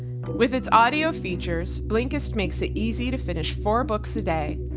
with its audio features, blinkist makes it easy to finish four books a day.